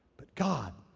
but god